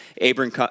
Abram